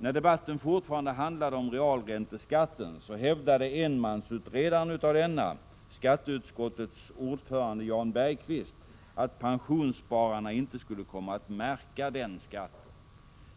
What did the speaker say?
När debatten fortfarande handlade om realränteskatten hävdade enmansutredaren av denna, skatteutskottets ordförande Jan Bergqvist, att pensionsspararna inte skulle komma att märka den skatten.